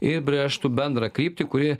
ir brėžtų bendrą kryptį kuri